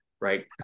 right